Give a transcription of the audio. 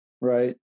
right